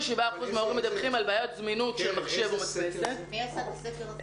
מההורים מדווחים על בעיות זמינות של המחשב --- איזה סקר זה?